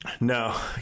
No